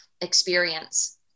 experience